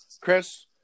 Chris